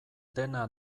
dena